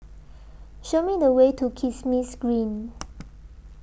Show Me The Way to Kismis Green